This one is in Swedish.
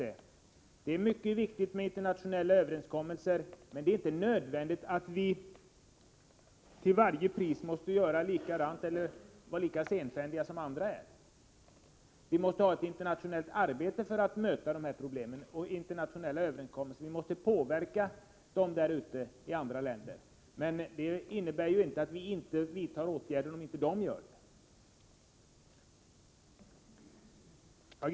Det är mycket viktigt med internationella överenskommelser, men det är inte nödvändigt att till varje pris handla på samma sätt som alla andra eller vara lika senfärdig som de. Det fordras ett internationellt arbete för att möta problemen och få till stånd internationella överenskommelser. Vi måste påverka dem därute i andra länder. Men det innebär ju inte att vi inte vidtar åtgärder om inte de gör det.